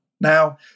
Now